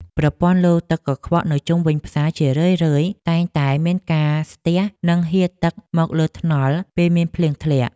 ប្រព័ន្ធលូទឹកកខ្វក់នៅជុំវិញផ្សារជារឿយៗតែងតែមានការស្ទះនិងហៀរទឹកមកលើថ្នល់ពេលមានភ្លៀងធ្លាក់។